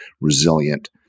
resilient